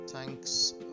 thanks